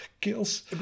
kills